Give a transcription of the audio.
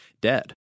dead